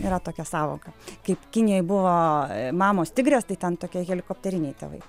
yra tokia sąvoka kaip kinijoj buvo mamos tigrės tai ten tokie helikopteriniai tėvai